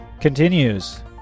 continues